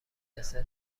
دسر